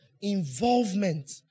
involvement